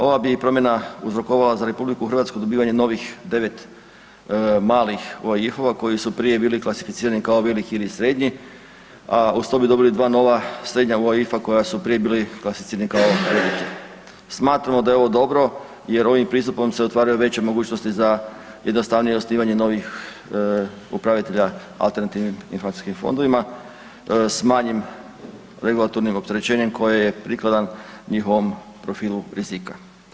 Ova bi promjena uzrokovala za RH dobivanje novih devet malih UAIF-ova koji su prije klasificirani kao veliki ili srednji, a uz to bi dobili dva nova UAIFA koja su prije bili klasificirani kao … Smatramo da je ovo dobro jer ovim pristupom se otvaraju veće mogućnosti za jednostavnije osnivanje novih upravitelja alternativnim investicijskim fondovima s manjim regulatornim opterećenjem koje je prikladan njihovom profilu rizika.